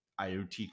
IoT